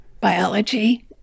biology